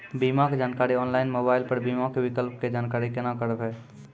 बीमा के जानकारी ऑनलाइन मोबाइल पर बीमा के विकल्प के जानकारी केना करभै?